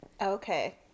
Okay